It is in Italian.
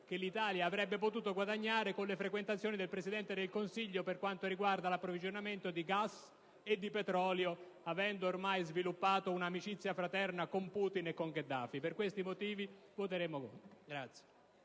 che l'Italia avrebbe potuto guadagnare grazie alle frequentazioni del Presidente del Consiglio per quanto riguarda l'approvvigionamento di gas e di petrolio avendo oramai sviluppato un'amicizia fraterna con Putin e con Gheddafi. Per questo motivo, il nostro voto